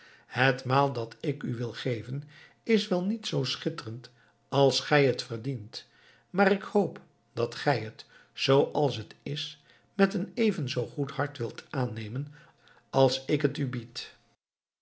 het maal dat ik u wil geven is wel niet zoo schitterend als gij het verdient maar ik hoop dat gij het zooals het is met een even zoo goed hart wilt aannemen als ik het u bied